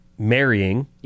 Marrying